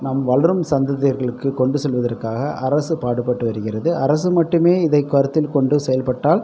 நம் வளரும் சந்ததியற்களுக்கு கொண்டு செல்வதற்காக அரசு பாடுபட்டு வருகிறது அரசு மட்டுமே இதை கருத்தில் கொண்டு செயல்பட்டால்